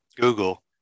Google